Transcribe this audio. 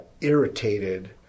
irritated